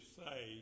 say